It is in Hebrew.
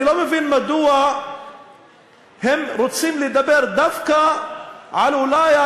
אני לא מבין מדוע הם רוצים לדבר דווקא על, אולי,